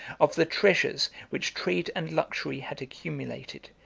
of the treasures, which trade and luxury had accumulated,